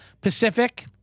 Pacific